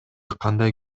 кандай